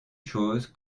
chose